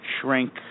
shrink